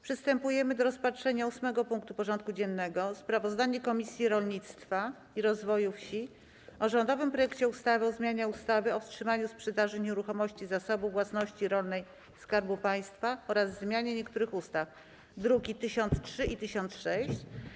Przystępujemy do rozpatrzenia punktu 8. porządku dziennego: Sprawozdanie Komisji Rolnictwa i Rozwoju Wsi o rządowym projekcie ustawy o zmianie ustawy o wstrzymaniu sprzedaży nieruchomości Zasobu Własności Rolnej Skarbu Państwa oraz o zmianie niektórych ustaw (druki nr 1003 i 1006)